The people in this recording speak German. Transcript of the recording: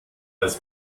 als